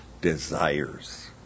desires